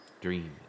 Dream